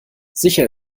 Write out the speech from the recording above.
sicher